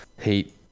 heat